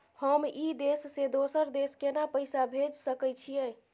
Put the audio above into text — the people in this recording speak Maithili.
हम ई देश से दोसर देश केना पैसा भेज सके छिए?